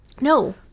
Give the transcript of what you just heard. No